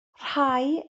rhai